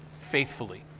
faithfully